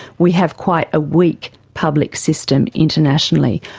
we have quite a weak public system internationally.